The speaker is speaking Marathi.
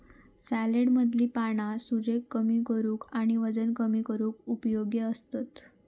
सॅलेडमधली पाना सूजेक कमी करूक आणि वजन कमी करूक उपयोगी असतत